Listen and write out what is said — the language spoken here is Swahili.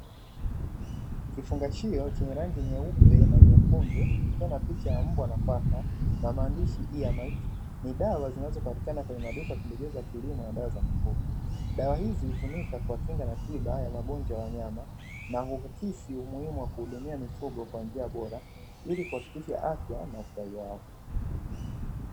Kifungashio kwenye rangi nyeupe na nyekundu ikiwa na picha ya mbwa na paka na maandishi hii ya maisha ni dawa zinazopatikana kwenye maduka vingeweza kilimo na dawa za mifugo. Dawa hizi hutumika kwa kinga na tiba ya magonjwa ya wanyama, na huu mkisi umuhimu wa kuhudumia mifugo kwa njia bora ili kuhakikisha afya na ustawi wao.